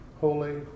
holy